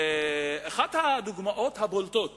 אחת הדוגמאות הבולטות